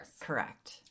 correct